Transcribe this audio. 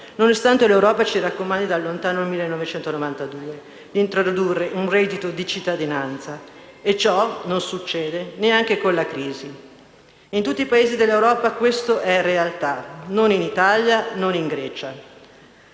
nonostante l'Europa ci raccomandi dal lontano 1992 di introdurre un reddito di cittadinanza (e ciò non succede neanche con la crisi). In tutti i Paesi dell'Europa questo è realtà. Non in Italia e in Grecia.